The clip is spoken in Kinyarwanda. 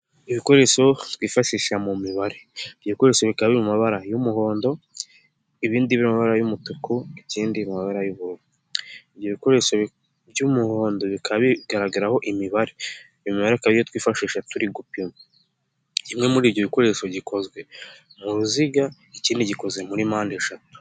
Ibikoresho twifashisha mu mibare. Ibyokoresho bikaba biri mu mabara y'umuhondo, ibindi biri mu mabara y'umutuku, ikindi mumabara y'ubururu. Ibyo bikoresho by'umuhondo bikaba bigaragaraho imibare iyo twifashisha turi gupima. Kimwe muri ibyo bikoresho gikozwe mu ruziga ikindi gikozwe muri mpande eshatu.